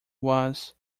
was